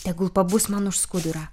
tegul pabus man už skudurą